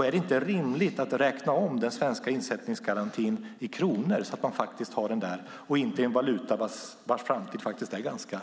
Är det inte rimligt att räkna om den svenska insättningsgarantin så att vi har den i kronor och inte i en valuta vars framtid är ganska osäker i dagsläget?